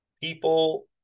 people